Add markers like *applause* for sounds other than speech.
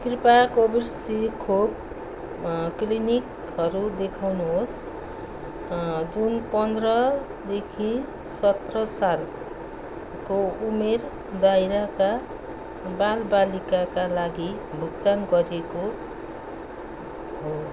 कृपया *unintelligible* खोप क्लिनिकहरू देखाउनुहोस् जुन पन्ध्रदेखि सत्र सालको उमेर दायराका बालबालिकाका लागि भुक्तान गरिएको हो